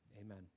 Amen